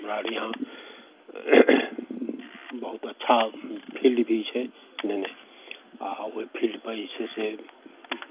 हमरा आओर यहाँ बहुत अच्छा फिल्ड भी छै नहि नहि आओर ओहि फिल्डपर जे छै से